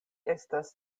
estas